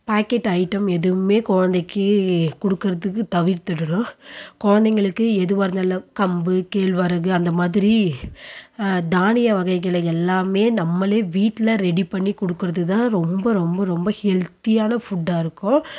packet item எதுவுமே குழந்தைக்கி கொடுக்குறதுக்கு தவிர்த்திடணும் குழந்தைங்களுக்கு எதுவாக இருந்தாலும் கம்பு கேழ்வரகு அந்த மாதிரி தானிய வகைகளை எல்லாமே நம்மளே வீட்டில் ரெடி பண்ணிக் கொடுக்குறது தான் ரொம்ப ரொம்ப ரொம்ப ஹெல்த்தியான ஃபுட்டாக இருக்கும்